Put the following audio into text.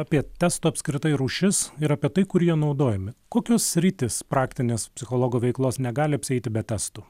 apie testo apskritai rūšis ir apie tai kur jie naudojami kokios sritys praktinės psichologo veiklos negali apsieiti be testų